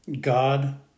God